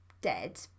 dead